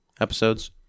episodes